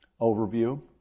overview